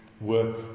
work